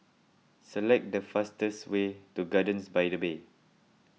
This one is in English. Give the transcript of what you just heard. select the fastest way to Gardens by the Bay